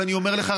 ואני אומר לך,